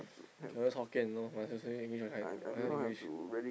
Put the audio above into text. cannot use Hokkien you know must use English or Chi~ only Englishsh